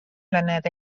mlynedd